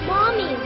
Mommy